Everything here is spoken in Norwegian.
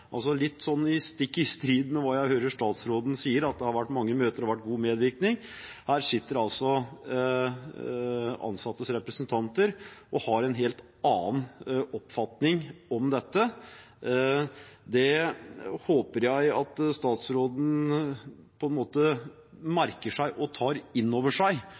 stikk i strid med det jeg hører statsråden si, at det har vært mange møter og god medvirkning. I høringen satt det ansattrepresentanter og hadde en helt annen oppfatning om dette. Det håper jeg at statsråden merker seg og tar inn over seg,